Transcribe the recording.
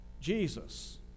Jesus